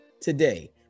Today